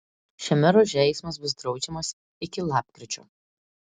šiame ruože eismas bus draudžiamas iki lapkričio